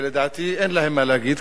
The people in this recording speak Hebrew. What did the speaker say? ולדעתי אין לה מה להגיד,